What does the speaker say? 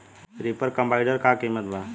Reaper combiner का किमत बा?